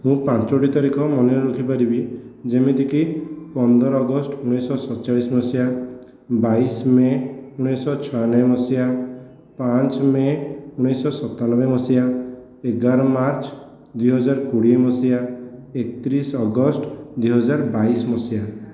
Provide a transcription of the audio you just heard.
ମୁଁ ପାଞ୍ଚୋଟି ତାରିଖ ମନେ ରଖିପାରିବି ଯେମିତିକି ପନ୍ଦର ଅଗଷ୍ଟ ଉଣେଇଶହ ସତଚାଳିଶ ମସିହା ବାଇଶ ମେ' ଉଣେଇଶହ ଛୟାନବେ ମସିହା ପାଞ୍ଚ ମେ' ଉଣେଇଶହ ସତାନବେ ମସିହା ଏଗାର ମାର୍ଚ୍ଚ ଦୁଇହଜାର କୋଡ଼ିଏ ମସିହା ଏକତିରିଶ ଅଗଷ୍ଟ ଦୁଇହଜାର ବାଇଶ ମସିହା